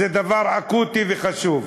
זה דבר אקוטי וחשוב.